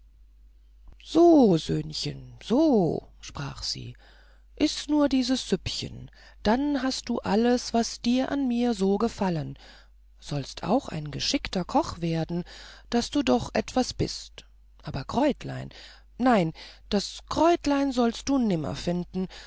so söhnchen so sprach sie iß nur dieses süppchen dann hast du alles was dir an mir so gefallen sollst auch ein geschickter koch werden daß du doch etwas bist aber kräutlein nein das kräutlein sollst du nimmer